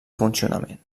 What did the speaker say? funcionament